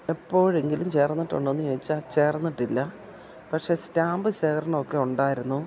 എപ്പോഴെങ്കിലും ചേർന്നിട്ടുണ്ടോയെന്ന് ചോദിച്ചാൽ ചേർന്നിട്ടില്ല പക്ഷെ സ്റ്റാമ്പ് ശേഖരണം ഒക്കെ ഉണ്ടായിരുന്നു